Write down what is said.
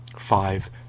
five